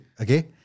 okay